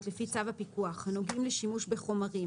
לפי צו הפיקוח הנוגעים לשימוש בחומרים,